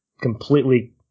completely